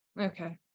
Okay